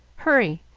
hurry!